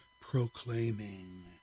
proclaiming